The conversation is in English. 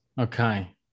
Okay